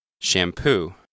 Shampoo